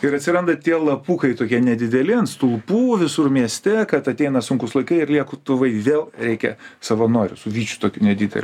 ir atsiranda tie lapukai tokie nedideli ant stulpų visur mieste kad ateina sunkūs laikai ir liektuvai vėl reikia savanorių su vyčiu tokiu nedideliu